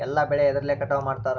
ಎಲ್ಲ ಬೆಳೆ ಎದ್ರಲೆ ಕಟಾವು ಮಾಡ್ತಾರ್?